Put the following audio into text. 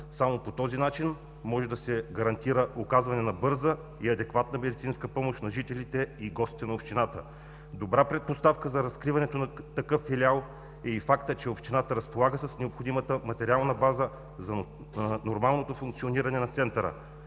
Само по този начин може да се гарантира оказване на бърза и адекватна медицинска помощ на жителите и гостите на общината. Добра предпоставка за разкриването на такъв филиал е и фактът, че общината разполага с необходимата материална база за нормалното функциониране на центъра.